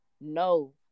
no